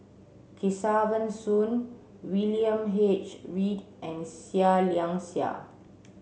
Kesavan Soon William H Read and Seah Liang Seah